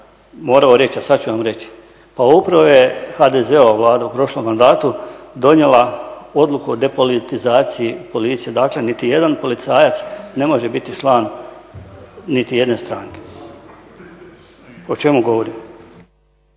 morao reći, a sad ću vam reći. Pa upravo je HDZ-ova Vlada u prošlom mandatu donijela odluku o depolitizaciji policije, dakle niti jedan policajac ne može biti član niti jedne stranke. O čemu govorim?